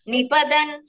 Nipadan